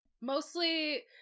Mostly